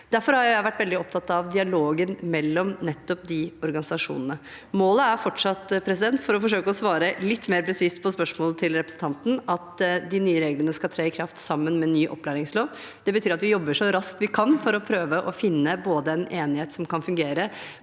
Derfor har jeg vært veldig opptatt av dialogen mellom nettopp de organisasjonene. Målet er fortsatt, for å forsøke å svare litt mer presist på spørsmålet til representanten, at de nye reglene skal tre i kraft sammen med ny opplæringslov. Det betyr at vi jobber så raskt vi kan for å prøve å finne en enighet som kan fungere